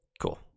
Cool